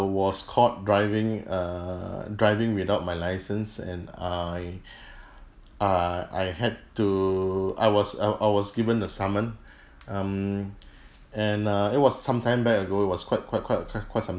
was caught driving err driving without my licence and I I I had to I was I was given the summon um and uh it was sometime back ago it was quite quite quite a quite some